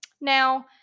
Now